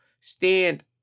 stand